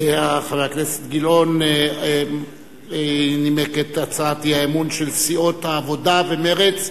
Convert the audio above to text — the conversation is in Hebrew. חבר הכנסת גילאון נימק את הצעת האי-אמון של סיעות העבודה ומרצ,